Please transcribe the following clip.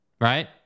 Right